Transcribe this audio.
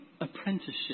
apprenticeship